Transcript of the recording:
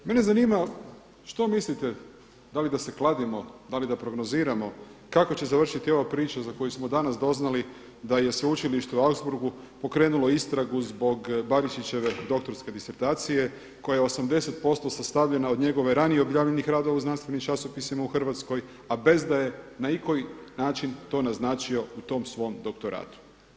Mene zanima što mislite da li da se kladimo, da li da prognoziramo kako će završiti ova priča za koju smo danas doznali da je sveučilište u Ausburgu pokrenulo istragu zbog Barišićeve doktorske disertacije koja je 80% sastavljena od njegove ranije objavljenih radova u znanstvenim časopisima u Hrvatskoj, a bez da je na ikoji način to naznačio u tom svom doktoratu?